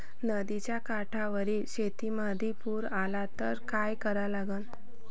नदीच्या काठावरील शेतीमंदी पूर आला त का करा लागन?